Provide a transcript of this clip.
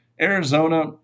Arizona